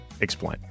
explain